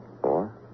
four